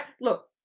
look